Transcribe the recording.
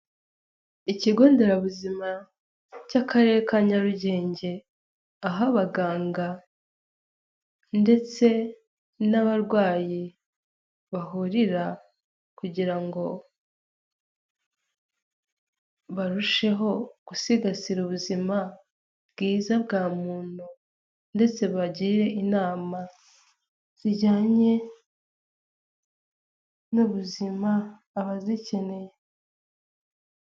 Ikigo nderabuzima cy'Akarere ka Nyarugenge aho abaganga ndetse n'abarwayi bahurira kugira barusheho gusigasira ubuzima bwiza bwa muntu ndetse bagire inama zijyanye n'ubuzima abazikeneye.